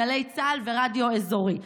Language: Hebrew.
גלי צה"ל ורדיו אזורי.